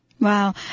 wow